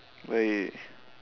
baik